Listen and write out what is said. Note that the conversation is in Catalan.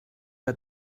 que